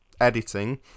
editing